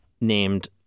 named